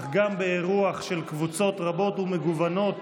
אך גם באירוח של קבוצות רבות ומגוונות,